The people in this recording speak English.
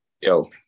yo